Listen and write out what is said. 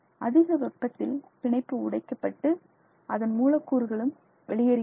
அதிக வெப்பத்தில் பிணைப்பு உடைக்கப்பட்டு அதன் மூலக்கூறுகளும் வெளியேறுகின்றன